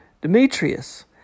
Demetrius